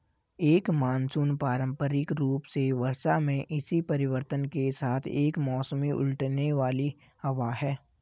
एक मानसून पारंपरिक रूप से वर्षा में इसी परिवर्तन के साथ एक मौसमी उलटने वाली हवा है